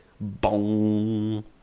boom